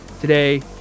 Today